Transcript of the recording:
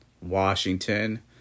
Washington